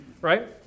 right